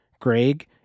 Greg